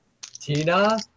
Tina